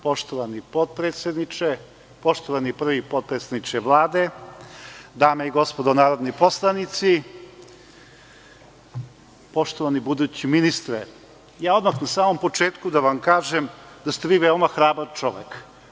Poštovani potpredsedniče, poštovani prvi potpredsedniče Vlade, dame i gospodo narodni poslanici, poštovani budući ministre, odmah u početku bih vam rekao da ste vi veoma hrabar čovek.